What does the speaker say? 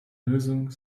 lösung